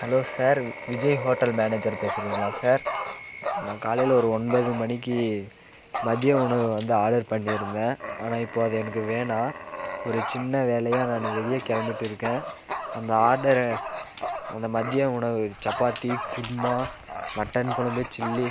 hello sir Vijay hotel manager பேசுறீங்களா sir நான் காலையில் ஒரு ஒன்பது மணிக்கு மதிய உணவு வந்து ஆர்டர் பண்ணியிருந்தேன் ஆனால் இப்போது அது எனக்கு வேணாம் ஒரு சின்ன வேலையாக நான் வெளியே கிளம்பிட்டு இருக்கேன் அந்த ஆர்டரை அந்த மதிய உணவு சப்பாத்தி குருமா மட்டன் குழம்பு சில்லி